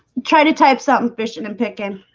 try to type something fishing and pickin